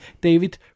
David